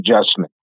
adjustment